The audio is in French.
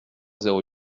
zéro